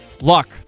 Luck